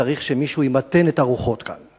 צריך שמישהו ימתן את הרוחות כאן.